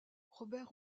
robert